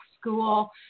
school